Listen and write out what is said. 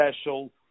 Special